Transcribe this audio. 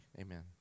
amen